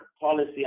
policy